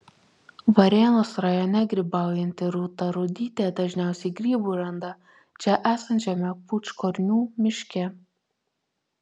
varėnos rajone grybaujanti rūta rudytė dažniausiai grybų randa čia esančiame pūčkornių miške